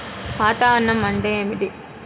వాతావరణం అంటే ఏమిటి?